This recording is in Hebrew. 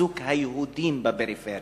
בחיזוק היהודים בפריפריה,